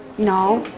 no.